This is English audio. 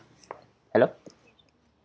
hello